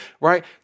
right